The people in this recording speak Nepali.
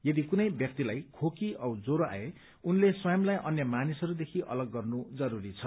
यदि कुनै व्यक्तिलाई खोकी औ ज्वरो आए उनले स्वयंलाई अन्य मानिसहरूदेखि अलग गर्नु जरूरी छ